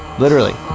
literally.